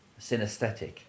synesthetic